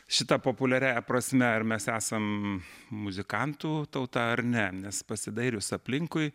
šita populiariąja prasme ar mes esam muzikantų tauta ar ne nes pasidairius aplinkui